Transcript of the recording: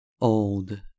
old